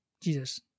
Jesus